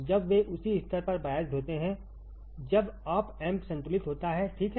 जब वे उसी स्तर पर बायस्ड होते हैं जब ऑप एम्प संतुलित होता है ठीक है